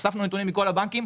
אספנו נתונים מכל הבנקים.